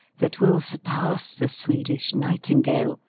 that will surpass the swedish nightingale,